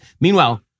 Meanwhile